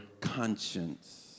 conscience